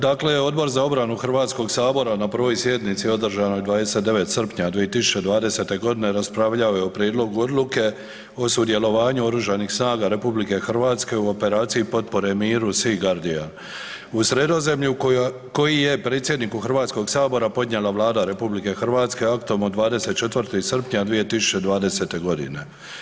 Dakle, Odbor za obranu Hrvatskog sabor na 1. sjednici održanoj 29. srpnja 2020. godine raspravljao je o Prijedlogu odluke o sudjelovanju Oružanih snaga RH u operaciji potpore miru „Sea Guardian“ u Sredozemlju koji je predsjedniku Hrvatskog sabora podnijela Vlada RH aktom od 24. srpnja 2020. godine.